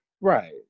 Right